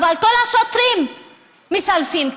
אבל כל השוטרים מסלפים,